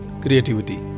creativity